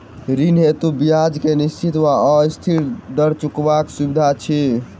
ऋण हेतु ब्याज केँ निश्चित वा अस्थिर दर चुनबाक सुविधा अछि